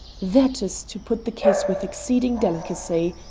that is to put the case with exceeding delicacy,